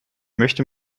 möchte